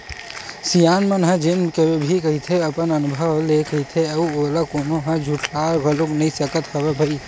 सियान मन ह जेन भी कहिथे अपन अनभव ले कहिथे अउ ओला कोनो ह झुठला घलोक नइ सकय न भई